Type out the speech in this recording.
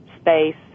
space